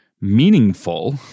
meaningful